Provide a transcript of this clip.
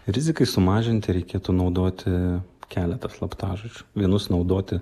rizikai sumažinti reikėtų naudoti keletą slaptažodžių vienus naudoti